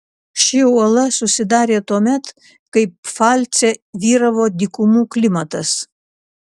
ši uola susidarė tuomet kai pfalce vyravo dykumų klimatas